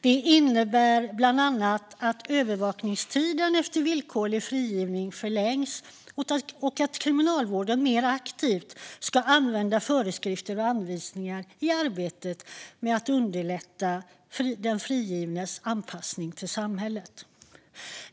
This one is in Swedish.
Det innebär bland annat att övervakningstiden efter villkorlig frigivning förlängs och att Kriminalvården mer aktivt ska använda föreskrifter och anvisningar i arbetet med att underlätta den frigivnas anpassning i samhället.